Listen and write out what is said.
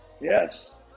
Yes